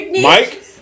mike